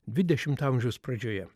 dvidešimto amžiaus pradžioje